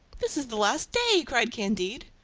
this is the last day! cried candide.